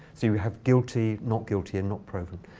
so you would have guilty, not guilty, and not proven.